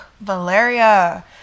valeria